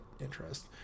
interest